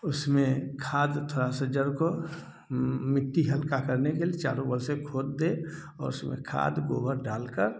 उसमें खाद थोड़ा से जड़ को मिट्टी हल्का करने के लिए चारों बगल से खोद दें और उसमें खाद गोबर डाल कर